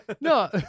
No